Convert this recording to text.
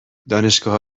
دانشگاه